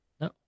No